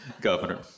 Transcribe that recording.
Governor